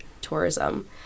tourism